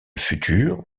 futur